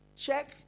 check